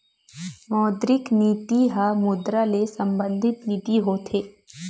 मौद्रिक नीति ह मुद्रा ले संबंधित नीति होथे